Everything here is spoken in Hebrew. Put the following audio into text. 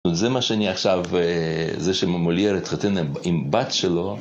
זה מה שאני עכשיו, זה שממולייר התחתן עם בת שלו.